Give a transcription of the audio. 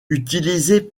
utilisés